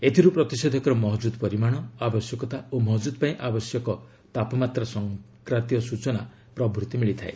ଏଥିର୍ ପ୍ରତିଷେଧକର ମହକ୍ରଦ ପରିମାଣ ଆବଶ୍ୟକତା ଓ ମହକ୍ରଦ ପାଇଁ ଆବଶ୍ୟକ ତାପମାତ୍ରା ସଂକ୍ରାନ୍ତୀୟ ସ୍ଚଚନା ପ୍ରଭୂତି ମିଳିଥାଏ